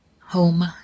Home